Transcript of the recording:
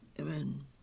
Amen